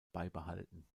beibehalten